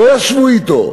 לא ישבו אתו.